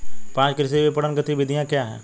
पाँच कृषि विपणन गतिविधियाँ क्या हैं?